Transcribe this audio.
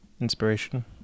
inspiration